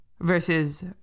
versus